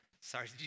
Sorry